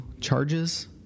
charges